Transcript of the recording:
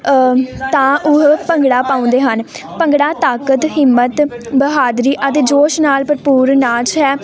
ਤਾਂ ਉਹ ਭੰਗੜਾ ਪਾਉਂਦੇ ਹਨ ਭੰਗੜਾ ਤਾਕਤ ਹਿੰਮਤ ਬਹਾਦਰੀ ਅਤੇ ਜੋਸ਼ ਨਾਲ ਭਰਪੂਰ ਨਾਚ ਹੈ